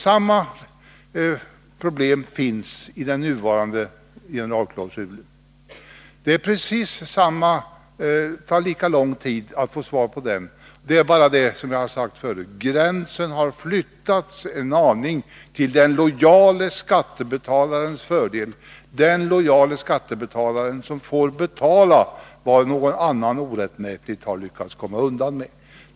Samma problem finns dock med den nuvarande generalklausulen. Det tar lika lång tid nu att få ett förhandsbesked. Gränsen har flyttats en aning till den lojala skattebetalarens fördel, han som får betala vad någon annan orättmätigt lyckats komma undan.